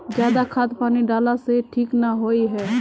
ज्यादा खाद पानी डाला से ठीक ना होए है?